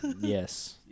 Yes